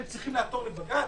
הם צריכים לעתור לבג"ץ.